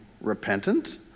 repentant